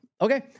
Okay